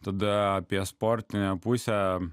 tada apie sportinę pusę